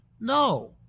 No